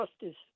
justice